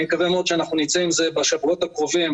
אני מקווה מאוד שאנחנו נצא עם זה בשבועות הקרובים,